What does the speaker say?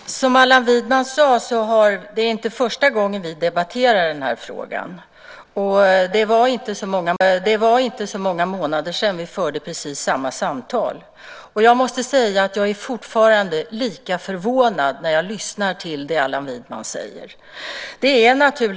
Fru talman! Som Allan Widman sade är det inte första gången vi debatterar den här frågan. Det var inte så många månader sedan vi förde precis samma samtal. Jag är fortfarande lika förvånad när jag lyssnar till det Allan Widman säger.